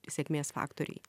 sėkmės faktoriai